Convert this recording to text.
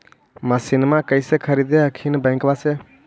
मसिनमा कैसे खरीदे हखिन बैंकबा से?